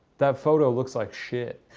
that photo looks like shit.